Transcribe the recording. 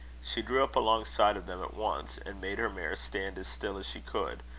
she drew up alongside of them at once, and made her mare stand as still as she could,